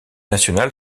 national